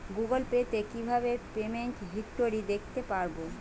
Google pay তে কিভাবে payment history দেখতে পারবো?